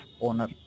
owner